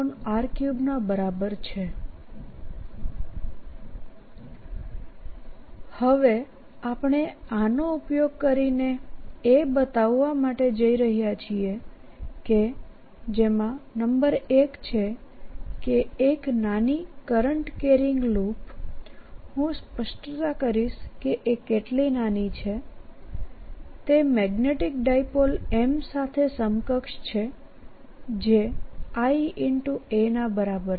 r r mr3 ∴ A04πmrr3 હવેઆપણે આનો ઉપયોગ કરીને એ બતાવવા માટે જઇ રહ્યા છીએ કે જેમાં નંબર1 છે કે એક નાની કરંટ કેરિંગ લૂપહું સ્પષ્ટતા કરીશ કે એ કેટલી નાની છે તે મેગ્નેટીક ડાયપોલ m સાથે સમકક્ષછે જે I a ના બરાબર છે